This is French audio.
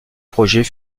projet